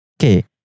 okay